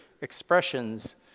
expressions